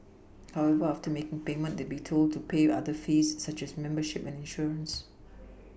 however after making payment they be told to pay other fees such as membership and insurance